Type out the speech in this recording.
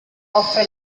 offre